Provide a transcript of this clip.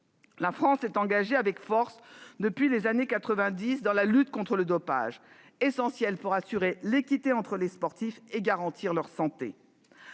La France s'est engagée avec force, depuis les années 1990, dans la lutte contre le dopage, essentielle pour assurer l'équité entre les sportifs et garantir leur santé.